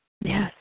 Yes